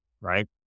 right